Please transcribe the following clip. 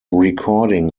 recording